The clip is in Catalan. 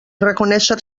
reconéixer